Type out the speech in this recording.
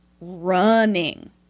running